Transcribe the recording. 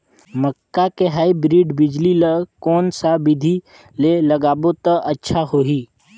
मक्का के हाईब्रिड बिजली ल कोन सा बिधी ले लगाबो त अच्छा होहि?